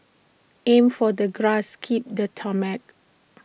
aim for the grass skip the tarmac